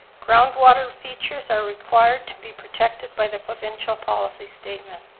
groundwater features are required to be protected by the provincial policy statement.